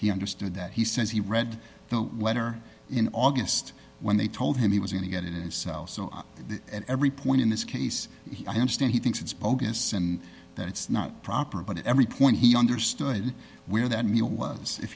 he understood that he says he read the letter in august when they told him he was going to get in his cell so at every point in this case i understand he thinks it's bogus and that it's not proper but at every point he understood where that meal was if